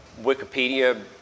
Wikipedia